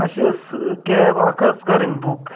اَسہِ ٲس کیب اَکھ حظ کَرٕنۍ بُک